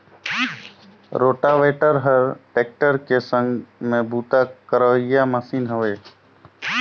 rotavator हर tractor के संघ में बूता करोइया मसीन हवे